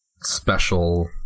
special